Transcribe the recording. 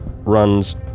runs